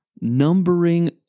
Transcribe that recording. numbering